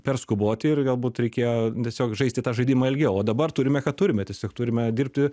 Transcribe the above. per skuboti ir galbūt reikėjo tiesiog žaisti tą žaidimą ilgiau o dabar turime ką turime tiesiog turime dirbti